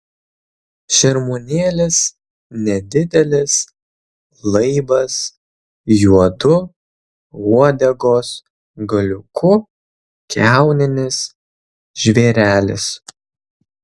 šermuonėlis nedidelis laibas juodu uodegos galiuku kiauninis žvėrelis